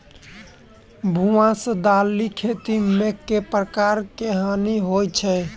भुआ सँ दालि खेती मे केँ प्रकार केँ हानि होइ अछि?